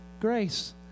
Grace